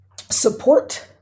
support